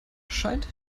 scheint